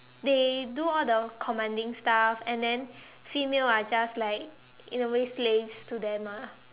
they do all the commanding stuff and then females are just like in a way slaves to them ah